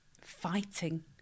fighting